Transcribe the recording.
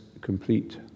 complete